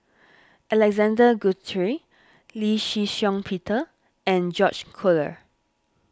Alexander Guthrie Lee Shih Shiong Peter and George Collyer